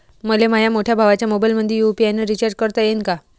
मले माह्या मोठ्या भावाच्या मोबाईलमंदी यू.पी.आय न रिचार्ज करता येईन का?